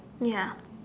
ya